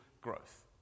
growth